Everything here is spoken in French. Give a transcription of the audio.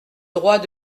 droit